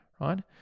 right